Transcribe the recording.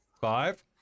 Five